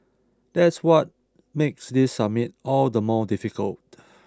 that's what makes this summit all the more difficult